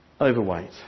overweight